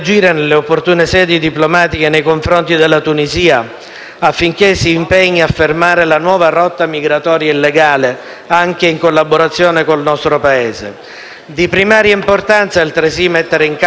Di primaria importanza, altresì, è mettere in campo il massimo impegno per prevenire il probabile tentativo di rientro in Europa, anche con le ondate migratorie, dei *foreign fighter*, già impegnati nelle aree di conflitto.